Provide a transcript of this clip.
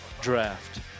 draft